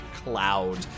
Cloud